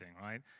right